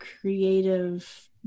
creative